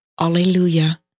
Alleluia